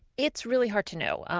it's really hard to know.